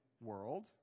world